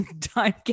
time